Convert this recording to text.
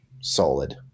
solid